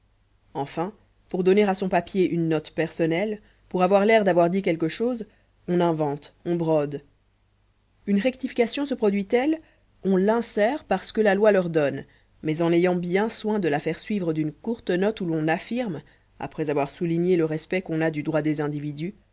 enfin pour donner à son papier une note personnelle pour avoir l'air d'avoir dit quelque chose on invente on brode une rectification se produit elle on l'insère parce que la loi l'ordonne mais en ayant bien soin de la faire suivre d'une courte note où l'on affirme après avoir souligné le respect qu'on a du droit des individus